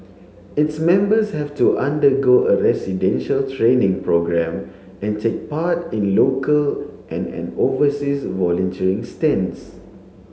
its members have to undergo a residential training programme and take part in local and an overseas volunteering stints